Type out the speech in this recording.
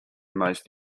most